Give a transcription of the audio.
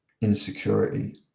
insecurity